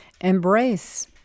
Embrace